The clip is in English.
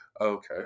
Okay